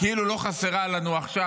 כאילו היא לא חסרה לנו עכשיו,